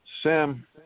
Sam